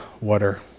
water